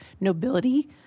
nobility